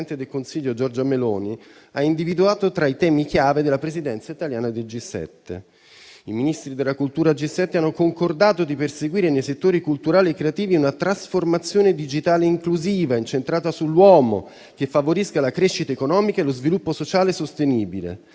del Consiglio Giorgia Meloni, ha individuato tra i temi chiave della Presidenza italiana del G7. I Ministri della cultura del G7 hanno concordato di perseguire nei settori culturali e creativi una trasformazione digitale inclusiva e incentrata sull'uomo, che favorisca la crescita economica e lo sviluppo sociale sostenibile,